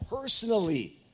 personally